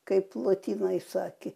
kaip lotynai sakė